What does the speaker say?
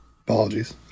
Apologies